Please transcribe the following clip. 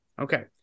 Okay